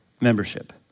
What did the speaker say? membership